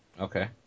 Okay